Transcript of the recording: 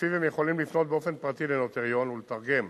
ולפיו הם יכולים לפנות באופן פרטי לנוטריון ולתרגם